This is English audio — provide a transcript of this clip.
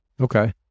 Okay